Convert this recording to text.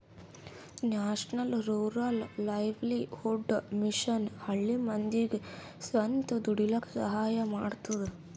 national rural livelihood mission ಹಳ್ಳಿ ಮಂದಿಗ್ ಸ್ವಂತ ದುಡೀಲಕ್ಕ ಸಹಾಯ ಮಾಡ್ತದ